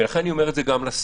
ולכן אני אומר גם לשרה,